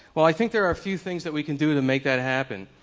well i think there are a few things that we can do to make that happen.